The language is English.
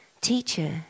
Teacher